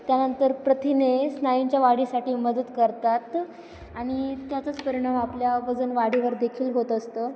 त्यानंतर प्रथिने स्नायूंच्या वाढीसाठी मदत करतात आणि त्याचाच परिणाम आपल्या वजन वाढीवर देखील होत असतं